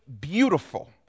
beautiful